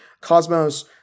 Cosmos